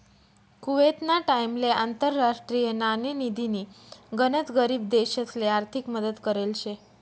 कुवेतना टाइमले आंतरराष्ट्रीय नाणेनिधीनी गनच गरीब देशसले आर्थिक मदत करेल शे